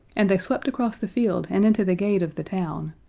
and they swept across the field and into the gate of the town,